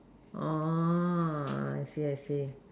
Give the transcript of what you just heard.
oh I see I see